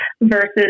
versus